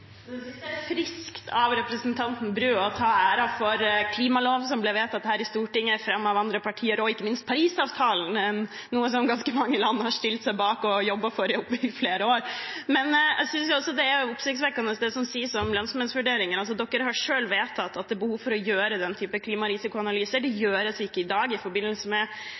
Jeg synes det er friskt av representanten Bru å ta æren for klimaloven som ble vedtatt her i Stortinget, fremmet av andre partier, og ikke minst Parisavtalen, som ganske mange land har stilt seg bak og jobbet for i flere år. Jeg synes det er oppsiktsvekkende, det som sies om lønnsomhetsvurderinger. Høyre har selv vedtatt at det er behov for å gjøre den type klimarisikoanalyser. Det gjøres ikke i dag i forbindelse